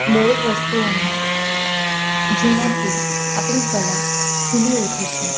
દરેક વસ્તુઓમાં જેનાથી આપણી કલા ખીલી ઉઠે છે